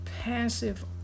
Passive